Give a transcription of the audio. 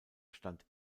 stand